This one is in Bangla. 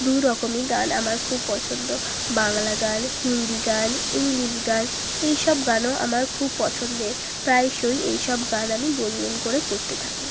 দুরকমই গান আমার খুব পছন্দ বাংলা গান হিন্দি গান ইংলিশ গান এই সব গানও আমার খুব পছন্দের প্রায়শই এই সব গান আমি গুনগুন করে করতে থাকি